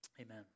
Amen